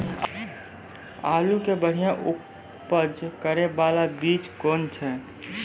आलू के बढ़िया उपज करे बाला बीज कौन छ?